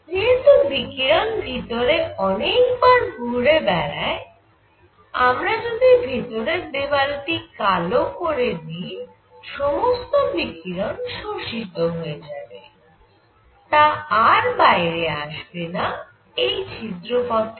যেহেতু বিকিরণ ভিতরে অনেক বার ঘুরে বেড়ায় আমরা যদি ভিতরের দেওয়ালটি কালো করে দিই সমস্ত বিকিরণ শোষিত হয়ে যাবে তা আর বাইরে আসবে না এই ছিদ্র পথে